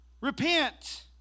Repent